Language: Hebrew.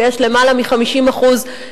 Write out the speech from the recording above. שיש שיעורי התבוללות של למעלה מ-50% בארצות-הברית,